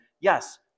yes